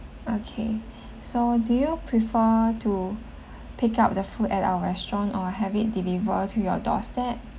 okay so do you prefer to pick up the food at our restaurant or have it deliver to your doorstep